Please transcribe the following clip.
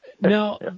now